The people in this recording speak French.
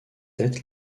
être